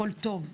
הכול טוב,